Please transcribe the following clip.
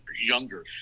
younger